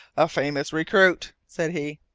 a famous recruit, said he.